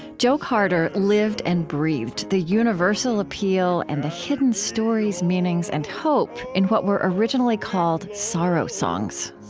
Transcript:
joe carter lived and breathed the universal appeal and the hidden stories, meanings, and hope in what were originally called sorrow songs.